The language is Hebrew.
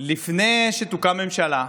לפני שתוקם ממשלה,